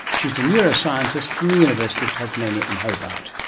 she's a neuroscientist from the university of tasmania in hobart.